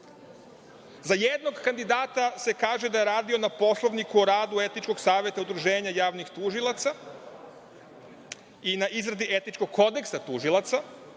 Za jednog kandidata se kaže da je radio na Poslovniku o radu Etičkog saveta Udruženja javnih tužilaca i na izradi Etičkog kodeksa tužilaca,